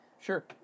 sure